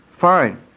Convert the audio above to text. fine